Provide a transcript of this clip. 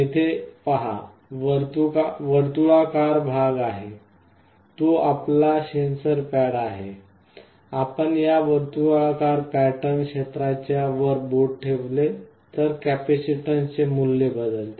येथे पहा वर्तुळाकार भाग आहे तो आपला सेन्सर पॅड आहे आपण या वर्तुळाकार पॅटर्न क्षेत्राच्या वर बोट ठेवले तर कॅपेसिटरचे मूल्य बदलते